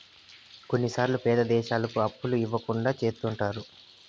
కొన్నిసార్లు పేద దేశాలకు అప్పులు ఇవ్వకుండా చెత్తుంటారు